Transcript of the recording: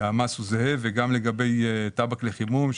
המס הוא זהה וגם לגבי טבק לחימום,